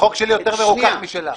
החוק שלי יותר מרוכך משלה.